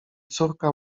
córka